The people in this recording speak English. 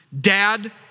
dad